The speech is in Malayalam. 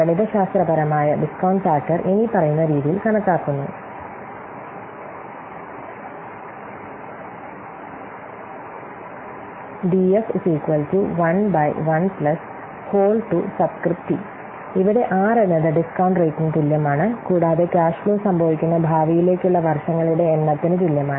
ഗണിതശാസ്ത്രപരമായ ഡിസ്കൌണ്ട് ഫാക്ടർ ഇനിപ്പറയുന്ന രീതിയിൽ കണക്കാക്കുന്നു DF 11rt ഇവിടെ 'r' എന്നത് ഡിസ്കൌണ്ട് റേറ്റ്നു തുല്യമാണ് കൂടാതെ 't' എന്നത് ക്യാഷ് ഫ്ലോ സംഭവിക്കുന്ന ഭാവിയിലേക്കുള്ള വർഷങ്ങളുടെ എണ്ണത്തിന് തുല്യമാണ്